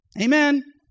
Amen